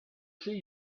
see